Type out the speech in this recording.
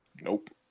Nope